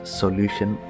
solution